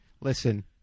listen